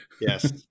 yes